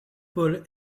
paul